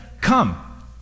come